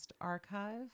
archive